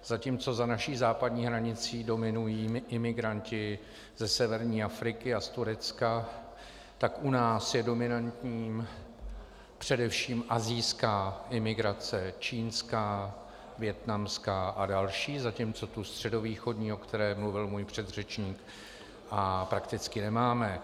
Zatímco za naší západní hranicí dominují imigranti ze severní Afriky a z Turecka, tak u nás je dominantní především asijská imigrace, čínská, vietnamská a další, zatímco tu středovýchodní, o které mluvil můj předřečník, prakticky nemáme.